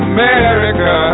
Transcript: America